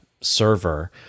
server